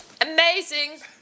Amazing